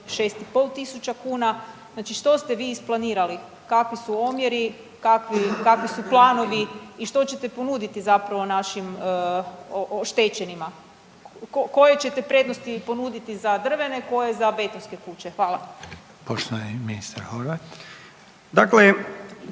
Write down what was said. kuna. Znači što ste vi isplanirali kakvi su omjeri, kakvi su planovi i što ćete ponuditi zapravo našim oštećenima, koje ćete prednosti ponuditi za drvene, koje za betonske kuće. Hvala. **Reiner, Željko